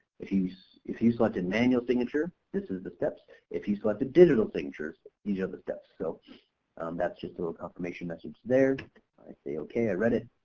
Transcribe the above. if you selected manual signature this is the steps, if you selected digital signatures, these are the steps so that's just a little confirmation that's there. i say okay i read it.